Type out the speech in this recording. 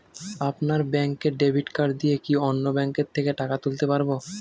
আপনার ব্যাংকের debit card দিয়ে কি অন্য ব্যাংকের থেকে টাকা তুলতে পারবো?